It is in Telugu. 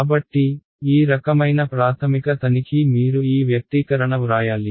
కాబట్టి ఈ రకమైన ప్రాథమిక తనిఖీ మీరు ఈ వ్యక్తీకరణ వ్రాయాలి